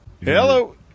Hello